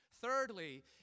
Thirdly